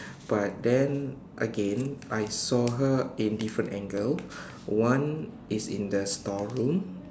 but then again I saw her in different angle one is in the store room